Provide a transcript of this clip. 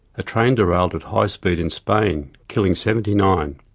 a train derailed at high speed in spain, killing seventy nine.